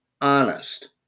honest